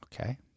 Okay